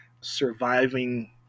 surviving